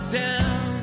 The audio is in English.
down